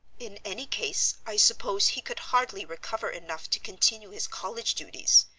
in any case, i suppose, he could hardly recover enough to continue his college duties,